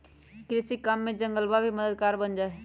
कृषि काम में जंगलवा भी मददगार बन जाहई